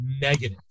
negative